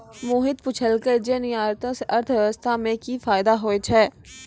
मोहित पुछलकै जे निर्यातो से अर्थव्यवस्था मे कि फायदा होय छै